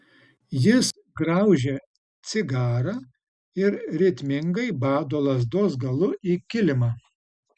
jis graužia cigarą ir ritmingai bado lazdos galu į kilimą